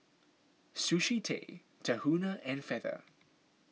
Sushi Tei Tahuna and Feather